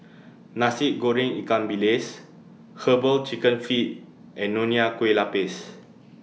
Nasi Goreng Ikan Bilis Herbal Chicken Feet and Nonya Kueh Lapis